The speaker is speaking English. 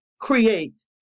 create